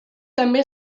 també